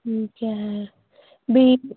ਠੀਕ ਹੈ ਵੀ